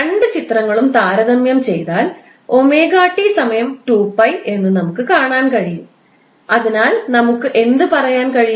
രണ്ട് ചിത്രങ്ങളും താരതമ്യം ചെയ്താൽ 𝜔𝑇 2𝜋 എന്ന് നമുക്ക് കാണാൻ കഴിയും അതിനാൽ നമുക്ക് എന്ത് പറയാൻ കഴിയും